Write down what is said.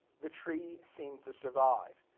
the tree seemed to survive.